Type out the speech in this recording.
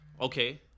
Okay